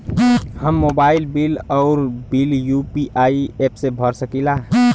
हम mobile bill और bill UPI app से भर सकिला